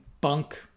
bunk